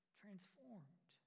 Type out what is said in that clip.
transformed